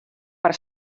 per